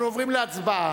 אנחנו עוברים להצבעה